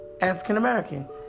African-American